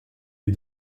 est